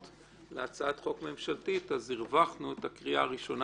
להצעת חוק ממשלתית אז הרווחנו את הקריאה הראשונה